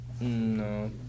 No